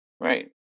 Right